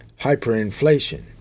hyperinflation